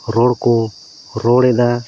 ᱨᱚᱲ ᱠᱚ ᱨᱚᱲᱮᱫᱟ